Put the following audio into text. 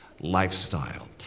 lifestyle